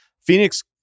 Phoenix